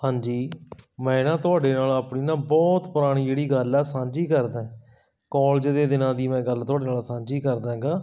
ਹਾਂਜੀ ਮੈਂ ਨਾ ਤੁਹਾਡੇ ਨਾਲ ਆਪਣੀ ਨਾ ਬਹੁਤ ਪੁਰਾਣੀ ਜਿਹੜੀ ਗੱਲ ਆ ਸਾਂਝੀ ਕਰਦਾ ਕਾਲਜ ਦੇ ਦਿਨਾਂ ਦੀ ਮੈਂ ਗੱਲ ਤੁਹਾਡੇ ਨਾਲ ਸਾਂਝੀ ਕਰਦਾ ਗਾ